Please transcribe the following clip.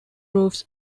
roofs